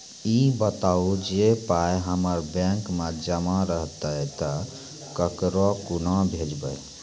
ई बताऊ जे पाय हमर बैंक मे जमा रहतै तऽ ककरो कूना भेजबै?